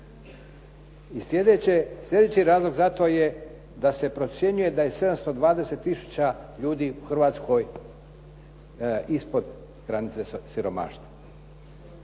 sljedeći razlog za to je da se procjenjuje da je 720000 ljudi u Hrvatskoj ispod granice siromaštva.